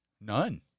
None